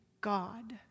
God